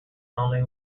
only